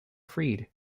freed